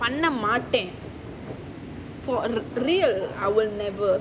பண்ண மாட்டேன்:panna maataen for real I will never